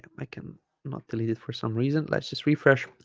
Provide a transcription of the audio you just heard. um i can not delete it for some reason let's just refresh